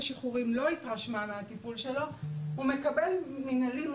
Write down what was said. אני לא מצליחה להבין את ההיגיון מדוע הוא ישוחרר בשחרור מינהלי.